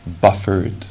buffered